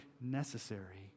necessary